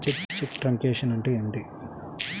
చెక్కు truncation అంటే ఏమిటి?